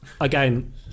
Again